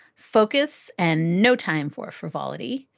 focus and no time for frivolity,